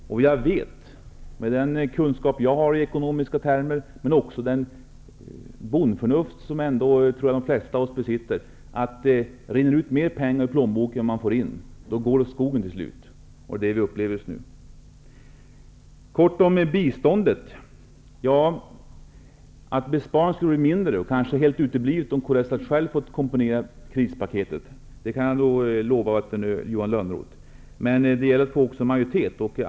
Jag vet med den kunskap jag har i ekonomiska termer och med det bondförnuft som ändå de flesta av oss besitter att rinner det ut mer pengar ur plånboken än vad man får in, så går det åt skogen till slut. Det upplever vi just nu. Kort om biståndet: Att besparingarna skulle ha varit mindre eller kanske helt uteblivit om kds hade fått komponera krispaketet kan jag lova Johan Lönnroth. Men det gäller också att få majoritet.